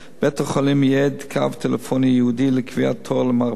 בית-החולים ייעד קו טלפוני ייעודי לקביעת תור למרפאה